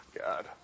God